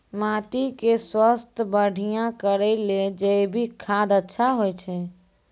माटी के स्वास्थ्य बढ़िया करै ले जैविक खाद अच्छा होय छै?